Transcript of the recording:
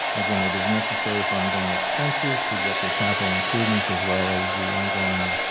again it is necessary for ongoing expenses projected capital improvements as well as the ongoing